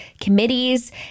committees